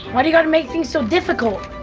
why do you have to make things so difficult?